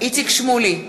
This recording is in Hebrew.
איציק שמולי,